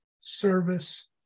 service